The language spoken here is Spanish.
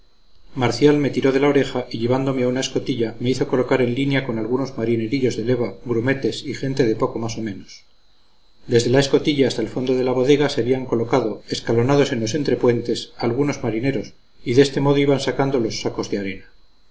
marcial me tiró de la oreja y llevándome a una escotilla me hizo colocar en línea con algunos marinerillos de leva grumetes y gente de poco más o menos desde la escotilla hasta el fondo de la bodega se habían colocado escalonados en los entrepuentes algunos marineros y de este modo iban sacando los sacos de arena